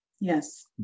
Yes